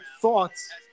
thoughts